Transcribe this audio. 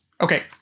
Okay